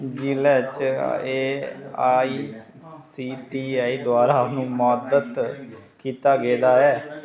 जिले च A I C T E द्वारा उन्मादत कीता गेआ ऐ